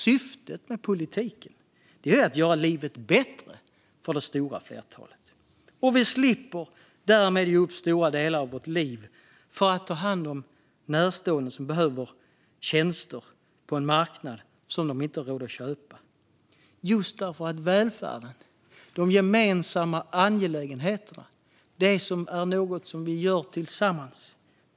Syftet med politiken är att göra livet bättre för det stora flertalet. Och vi slipper därmed ge upp stora delar av vårt liv för att ta hand om närstående som behöver tjänster på en marknad, som de inte har råd att köpa. Välfärden, de gemensamma angelägenheterna, är något vi gör tillsammans.